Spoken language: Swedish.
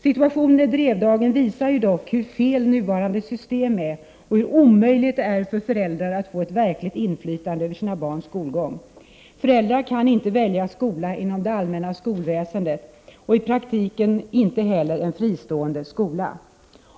Situationen i Drevdagen visar dock hur felaktigt nuvarande system är och hur omöjligt det är för föräldrar att få ett verkligt inflytande över sina barns skolgång. Föräldrar kan inte välja skola inom det allmänna skolsystemet och i praktiken inte heller en fristående skola.